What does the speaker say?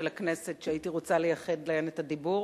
הכנסת שהייתי רוצה לייחד להן את הדיבור.